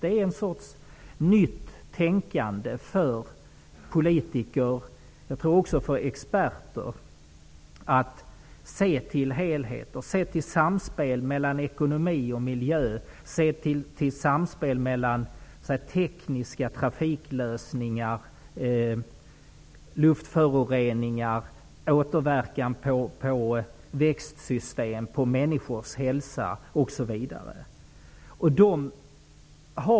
Det är en ny sorts tänkande för politiker och -- tror jag -- också för experter att se till helheter, se till samspel mellan ekonomi och miljö, se till samspel mellan tekniska trafiklösningar och luftföroreningar, återverkan på växtsystem, på människors hälsa, osv.